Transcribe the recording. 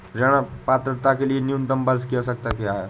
ऋण पात्रता के लिए न्यूनतम वर्ष की आवश्यकता क्या है?